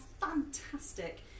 fantastic